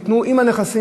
ייתנו אותו עם הנכסים,